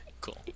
cool